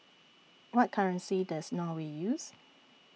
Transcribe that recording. What currency Does Norway use